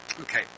Okay